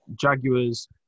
Jaguars